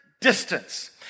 distance